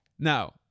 Now